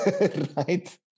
Right